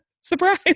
Surprise